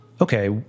okay